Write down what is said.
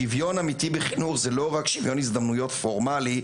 שוויון אמיתי בחינוך זה לא רק שוויון הזדמנויות פורמלי,